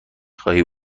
خواهی